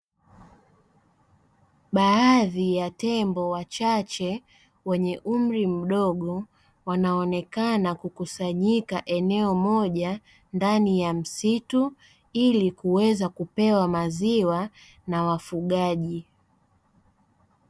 Baadhi ya tembo wachache wenye umri mdogo wanaonekana kukusanyika eneo moja ndani ya msitu ili kuweza kupewa maziwa na wafugaji.